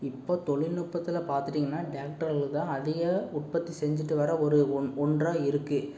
இப்போ தொழில் நுட்பத்தில் பார்த்துட்டிங்கன்னா டிராக்டர்கள் தான் அதிக உற்பத்தி செஞ்சிட்டு வர ஒரு ஒ ஒன்றாக இருக்குது